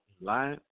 line